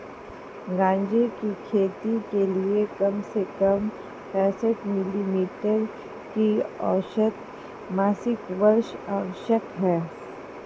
गांजे की खेती के लिए कम से कम पैंसठ मिली मीटर की औसत मासिक वर्षा आवश्यक है